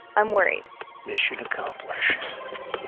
i'm worried mission accomplished